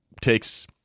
takes